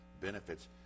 benefits